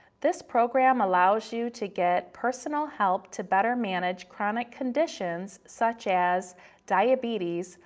this program allows you to get personal help to better manage chronic conditions such as diabetes,